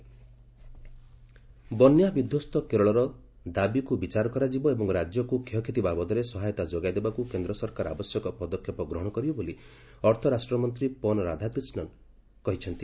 ପନ୍ ରାଧାକୃଷ୍ଣନ୍ ବନ୍ୟା ବିଧ୍ୱସ୍ତ କେରଳର ଦାବିକୁ ବିଚାର କରାଯିବ ଏବଂ ରାଜ୍ୟକୁ କ୍ଷୟକ୍ଷତି ବାବଦରେ ସହାୟତା ଯୋଗାଇ ଦେବାକୁ କେନ୍ଦ୍ ସରକାର ଆବଶ୍ୟକ ପଦକ୍ଷେପ ଗ୍ରହଣ କରିବେ ବୋଲି ଅର୍ଥ ରାଷ୍ଟ୍ରମନ୍ତ୍ରୀ ପନ୍ ରାଧାକୃଷ୍ଣନ୍ କହିଛନ୍ତି